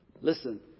Listen